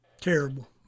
terrible